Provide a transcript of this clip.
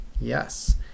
Yes